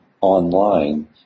online